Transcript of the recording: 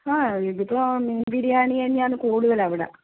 ആ ഇതിപ്പോൾ ബിരിയാണി തന്നെയാണ് കൂടുതൽ ഇവിടെ